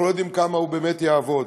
אנחנו לא יודעים כמה באמת הוא יעבוד,